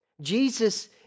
Jesus